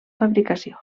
fabricació